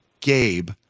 Gabe